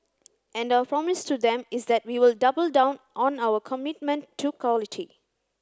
and our promise to them is that we will double down on our commitment to quality